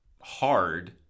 hard